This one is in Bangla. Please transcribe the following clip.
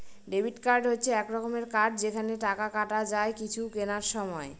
ডেবিট কার্ড হচ্ছে এক রকমের কার্ড যেখানে টাকা কাটা যায় কিছু কেনার সময়